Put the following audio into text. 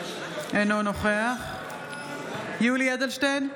אינו נוכח יולי יואל אדלשטיין,